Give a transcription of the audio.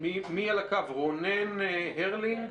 ולעבור לרונן הרלינג,